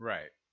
Right